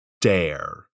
dare